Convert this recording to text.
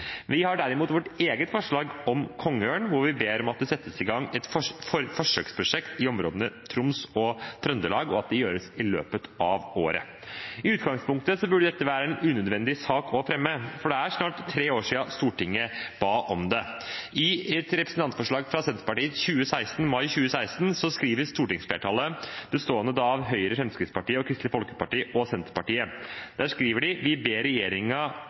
Vi har derimot vårt eget forslag om kongeørn, der vi ber om at forsøksprosjekt settes i gang i områdene Troms og Trøndelag, og at det gjøres i løpet av året. I utgangspunktet burde dette være en unødvendig sak å fremme, for det er snart tre år siden Stortinget ba om det. I et representantforslag fra Senterpartiet i mai 2016 skriver stortingsflertallet, da bestående av Høyre, Fremskrittspartiet, Kristelig Folkeparti og Senterpartiet: ber